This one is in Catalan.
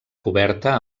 coberta